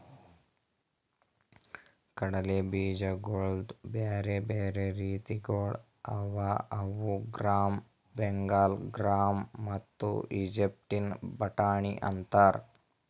ಕಡಲೆ ಬೀಜಗೊಳ್ದು ಬ್ಯಾರೆ ಬ್ಯಾರೆ ರೀತಿಗೊಳ್ ಅವಾ ಅವು ಗ್ರಾಮ್, ಬೆಂಗಾಲ್ ಗ್ರಾಮ್ ಮತ್ತ ಈಜಿಪ್ಟಿನ ಬಟಾಣಿ ಅಂತಾರ್